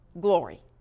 glory